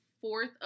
fourth